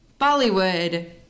Bollywood